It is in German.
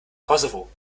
kosovo